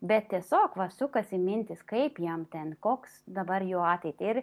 bet tiesiog va sukasi mintys kaip jam ten koks dabar jo ateitį ir